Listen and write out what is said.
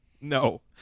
No